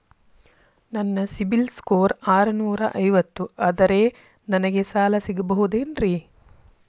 ನನ್ನ ಸಿಬಿಲ್ ಸ್ಕೋರ್ ಆರನೂರ ಐವತ್ತು ಅದರೇ ನನಗೆ ಸಾಲ ಸಿಗಬಹುದೇನ್ರಿ?